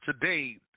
today